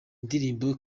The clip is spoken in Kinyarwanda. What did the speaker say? ndirimbo